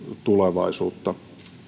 tulevaisuutta